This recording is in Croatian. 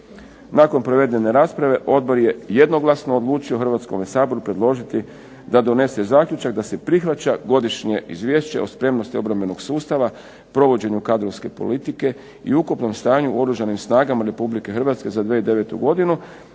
Nakon provedene rasprave odbor je jednoglasno odlučio Hrvatskome saboru predložiti da donese zaključak da se prihvaća Godišnje izvješće o spremnosti obrambenog sustava, provođenju kadrovske politike i ukupnom stanju u Oružanim snagama Republike Hrvatske za 2009. godinu,